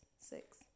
six